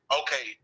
okay